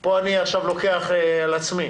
פה אני עכשיו לוקח על עצמי